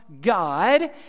God